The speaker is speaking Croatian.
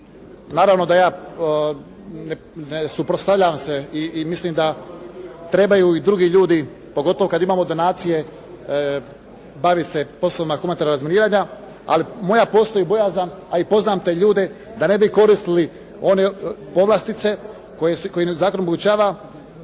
naravno da ja ne suprotstavljam se i mislim da trebaju i drugi ljudi pogotovo kad imamo donacije baviti se poslovima humanitarnog razminiranja ali moja postoji bojazan a i poznam te ljude da ne bi koristili one povlastice koje im zakon omogućava